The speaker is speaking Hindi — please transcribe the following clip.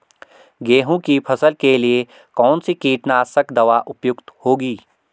गेहूँ की फसल के लिए कौन सी कीटनाशक दवा उपयुक्त होगी?